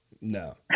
No